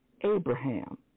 Abraham